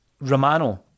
Romano